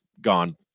gone